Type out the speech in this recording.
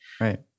right